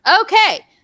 Okay